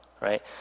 right